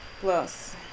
plus